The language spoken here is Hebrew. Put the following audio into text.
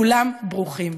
כולם ברוכים.